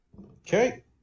Okay